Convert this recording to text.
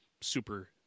super